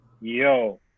yo